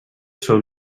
són